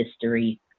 history